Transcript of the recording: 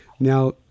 Now